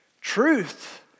Truth